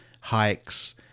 hikes